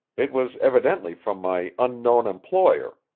it was evidently from my unknown employer,